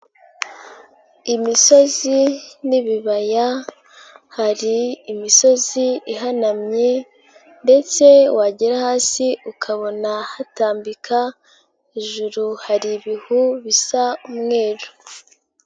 Imisozi n'ibibaya, hari imisozi ihanamye ndetse wagera hasi ukabona hatambika, hejuru hari ibihu bisa umweru.